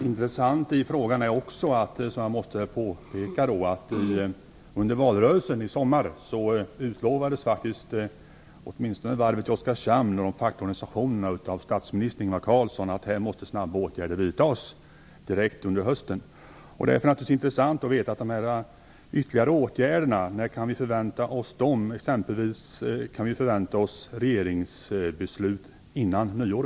Fru talman! Det finns också en annan sak som är intressant i frågan och som jag måste påpeka. Under valrörelsen i somras lovade statsminister Ingvar Carlsson de fackliga organisationerna att snabba åtgärder skulle vidtas under hösten åtminstone när det gäller varvet i Oskarshamn. Därför vore det intressant att veta när vi kan förvänta oss dessa ytterligare åtgärder. Kan vi förvänta oss ett regeringsbeslut före nyår?